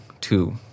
two